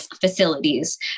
facilities